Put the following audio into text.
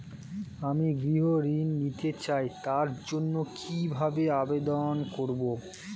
আমি গৃহ ঋণ নিতে চাই তার জন্য কিভাবে আবেদন করব?